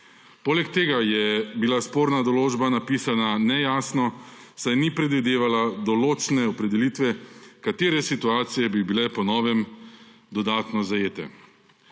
Poleg tega je bila sporna določba napisana nejasno, saj ni predvidevala določne opredelitve, katere situacije bi bile po novem dodatno zajete.